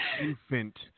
infant